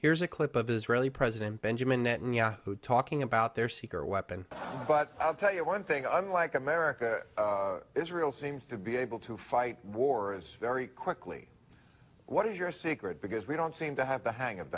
here's a clip of israeli president benjamin netanyahu talking about their secret weapon but i'll tell you one thing unlike america israel seems to be able to fight wars very quickly what is your secret because we don't seem to have the hang of